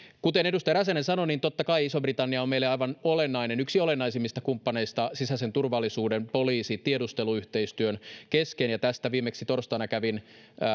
kuten edustaja räsänen sanoi totta kai iso britannia on meille aivan olennainen kumppani yksi olennaisimmista kumppaneista sisäisen turvallisuuden poliisi ja tiedusteluyhteistyön kesken tästä viimeksi torstaina kävin